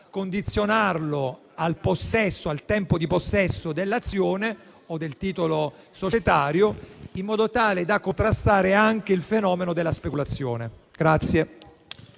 condizionarlo al tempo di possesso dell'azione o del titolo societario e da contrastare anche il fenomeno della speculazione.